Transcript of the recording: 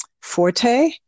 forte